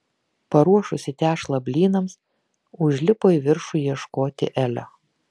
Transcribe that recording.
paruošusi tešlą blynams užlipo į viršų ieškoti elio